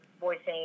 voicing